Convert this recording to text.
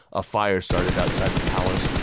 a fire started outside the palace,